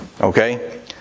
Okay